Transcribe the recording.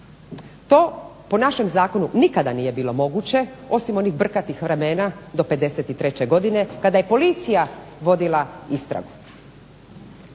To po našem zakonu nikada nije bilo moguće, osim onih brkatih vremena do 53. godine kada je policija vodila istragu.